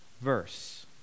verse